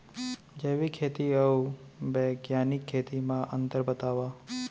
जैविक खेती अऊ बैग्यानिक खेती म अंतर बतावा?